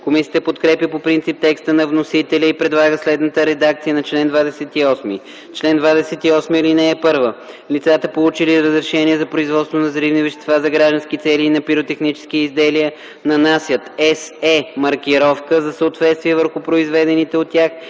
Комисията подкрепя по принцип текста на вносителя и предлага следната редакция на чл. 28: „Чл. 28. (1) Лицата, получили разрешение за производство на взривни вещества за граждански цели и на пиротехнически изделия, нанасят „СЕ” маркировка за съответствие върху произведените от тях